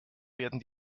werden